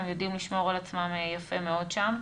הם יודעים לשמור על עצמם יפה מאוד שם.